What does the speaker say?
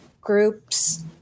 groups